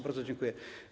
Bardzo dziękuję.